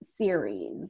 series